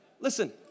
Listen